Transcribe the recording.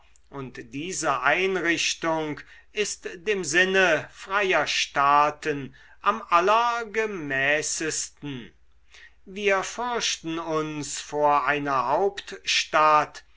und diese einrichtung ist dem sinne freier staaten am allergemäßesten wir fürchten uns vor einer hauptstadt